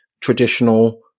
traditional